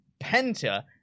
Penta